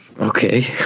Okay